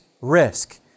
risk